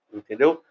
entendeu